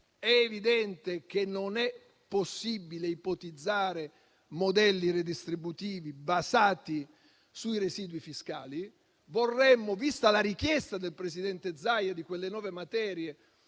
tiene e che non è possibile ipotizzare modelli redistributivi basati sui residui fiscali. Vista la richiesta del presidente Zaia di quelle nuove materie,